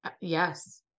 Yes